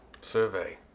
Survey